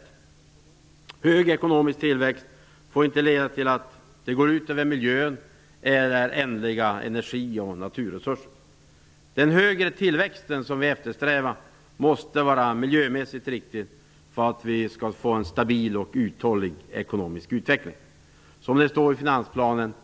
Det är viktigt! Hög ekonomisk tillväxt får inte gå ut över miljön eller ändliga energi och naturresurser. Den högre tillväxt som vi eftersträvar måste vara miljömässigt riktig för att vi skall få en stabil och uthållig ekonomisk utveckling, som det står i finansplanen: